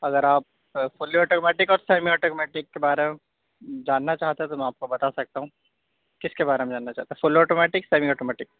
اگر آپ fully automatic اور سیمی آٹومیٹک کے بارے میں جاننا چاہتے ہیں تو میں آپ کو بتا سکتا ہوں کس کے بارے میں جاننا چاہتے ہیں فل آٹومیٹک سیمی آٹومیٹک